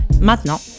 Maintenant